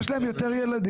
יש להם יותר ילדים.